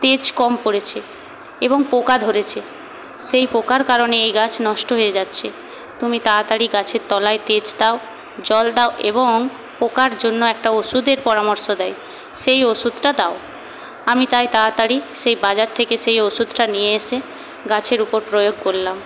তেজ কম পড়েছে এবং পোকা ধরেছে সেই পোকার কারণে এই গাছ নষ্ট হয়ে যাচ্ছে তুমি তাড়াতাড়ি গাছের তলায় তেজ দাও জল এবং পোকার জন্য একটা ওষুধের পরামর্শ দেয় সেই ওষুধটা দাও আমি তাই তাড়াতাড়ি সেই বাজার থেকে সেই ওষুধটা নিয়ে এসে গাছের উপর প্রয়োগ করলাম